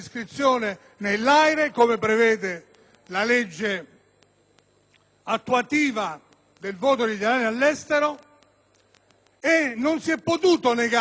attuativa del voto degli italiani all'estero, e non si è potuto negare che formalisticamente